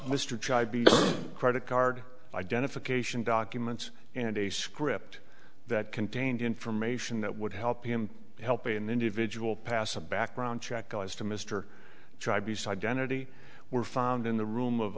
mr credit card identification documents and a script that contained information that would help him help an individual pass a background check guys to mr tribe beside dennehy were found in the room of